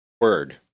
word